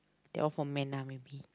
that one for man lah maybe